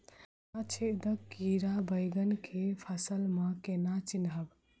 तना छेदक कीड़ा बैंगन केँ फसल म केना चिनहब?